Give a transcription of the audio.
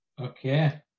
Okay